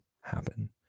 happen